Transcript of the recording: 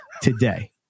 today